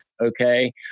Okay